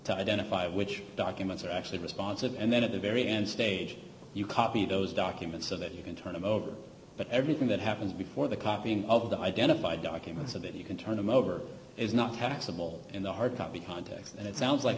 to identify which documents are actually responsive and then at the very end stage you copy those documents so that you can turn it over but everything that happens before the copying of the identify documents of it you can turn them over is not taxable in the hardcopy context and it sounds like